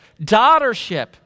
daughtership